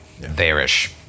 there-ish